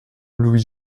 louis